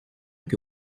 que